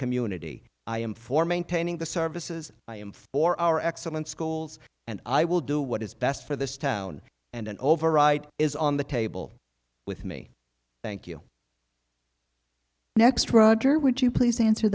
community i am for maintaining the services i am for our excellent schools and i will do what is best for this town and an override is on the table with me thank you next roger would you please answer